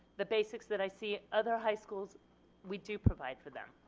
the basics that i see other high schools we do provide for them.